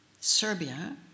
Serbia